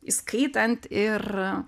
įskaitant ir